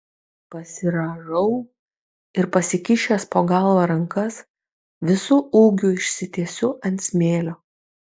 pasirąžau ir pasikišęs po galva rankas visu ūgiu išsitiesiu ant smėlio